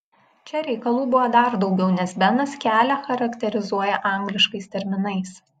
čia reikalų buvo dar daugiau nes benas kelią charakterizuoja angliškais terminais